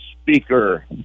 Speaker